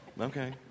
Okay